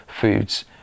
foods